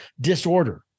disorder